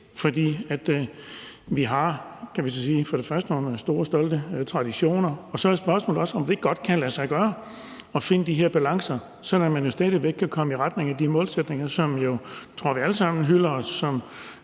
For vi har for det første, kan vi sige, nogle store, stolte traditioner, og så er spørgsmålet for det andet også, om det godt kan lade sig gøre at finde de her balancer, sådan at man stadig væk kan komme i retning af de målsætninger, som jeg tror vi alle sammen hylder,